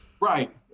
Right